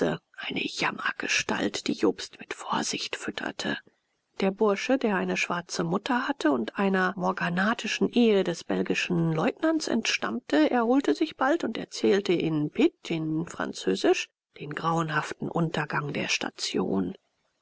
eine jammergestalt die jobst mit vorsicht fütterte der bursche der eine schwarze mutter hatte und einer morganatischen ehe des belgischen leutnants entstammte erholte sich bald und erzählte in pidgin französisch den grauenhaften untergang der station